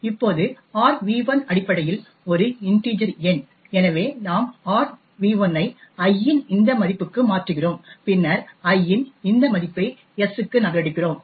இப்போது argv1 அடிப்படையில் ஒரு இன்டிஜெர் எண் எனவே நாம் argv1 ஐ i இன் இந்த மதிப்புக்கு மாற்றுகிறோம் பின்னர் i இன் இந்த மதிப்பை s க்கு நகலெடுக்கிறோம்